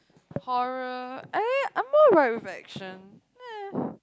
horror eh I'm more like Reflection